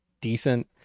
decent